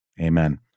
Amen